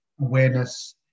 awareness